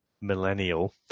millennial